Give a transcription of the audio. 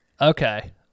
Okay